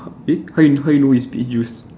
eh how you how you know it's peach juice